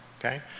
okay